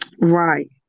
Right